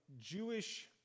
Jewish